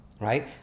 right